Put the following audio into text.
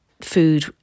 food